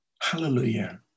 Hallelujah